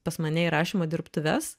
pas mane į rašymo dirbtuves